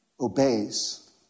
obeys